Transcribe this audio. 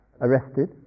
arrested